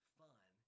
fun